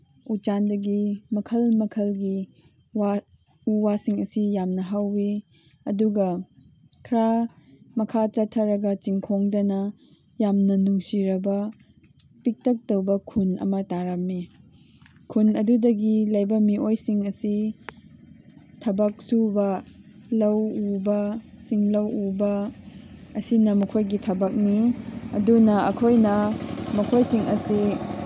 ꯎꯆꯥꯟꯗꯒꯤ ꯃꯈꯜ ꯃꯈꯜꯒꯤ ꯋꯥ ꯎ ꯋꯥꯁꯤꯡ ꯑꯁꯤ ꯌꯥꯝꯅ ꯍꯧꯋꯤ ꯑꯗꯨꯒ ꯈꯔ ꯃꯈꯥ ꯆꯠꯊꯔꯒ ꯆꯤꯡꯈꯣꯡꯗꯅ ꯌꯥꯝꯅ ꯅꯨꯡꯁꯤꯔꯕ ꯄꯤꯛꯇꯛ ꯇꯧꯕ ꯈꯨꯟ ꯑꯃ ꯇꯥꯔꯝꯃꯤ ꯈꯨꯟ ꯑꯗꯨꯗꯒꯤ ꯂꯩꯕ ꯃꯤꯑꯣꯏꯁꯤꯡ ꯑꯁꯤ ꯊꯕꯛ ꯁꯨꯕ ꯂꯧ ꯎꯕ ꯆꯤꯡ ꯂꯧ ꯎꯕ ꯑꯁꯤꯅ ꯃꯈꯣꯏꯒꯤ ꯊꯕꯛꯅꯤ ꯑꯗꯨꯅ ꯑꯩꯈꯣꯏꯅ ꯃꯈꯣꯏꯁꯤꯡ ꯑꯁꯤ